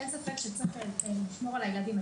אין ספק שצריך לשמור על הילדים.